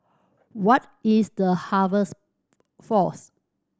what is The Harvest Force